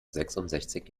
sechsundsechzig